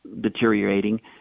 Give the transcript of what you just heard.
deteriorating